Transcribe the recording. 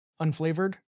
unflavored